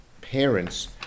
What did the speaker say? parents